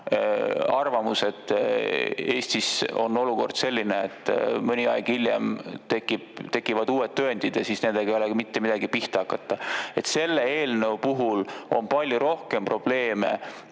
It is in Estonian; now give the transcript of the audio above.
arvamus, et Eestis on olukord selline, et kui mõni aeg hiljem tekivad uued tõendid, siis nendega ei olegi mitte midagi pihta hakata. Selle eelnõuga seoses on palju rohkem probleeme